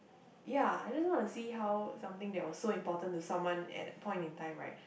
ya I just want to see how something that was so important to someone at that point in time right